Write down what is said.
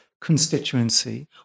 constituency